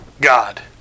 God